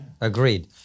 Agreed